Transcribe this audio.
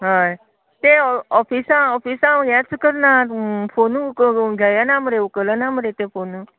हय तें ऑफिसां ऑफिसां येंच करनात फोनूत उखलना घेयना मरे उखलूच ना मरे ते फोन